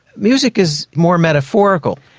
music is more metaphorical,